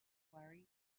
worry